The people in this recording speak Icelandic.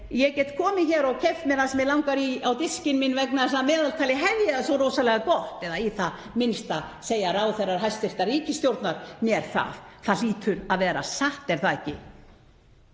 ég get komið hér og keypt mér það sem mig langar í á diskinn minn vegna þess að að meðaltali hef ég það svo rosalega gott, í það minnsta segja ráðherrar hæstv. ríkisstjórnar mér það. Það hlýtur að vera satt, er það ekki?